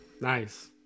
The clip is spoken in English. Nice